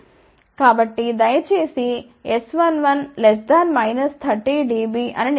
కాబట్టి దయచేసి S11 30 dB అని నిర్ధారించుకోండి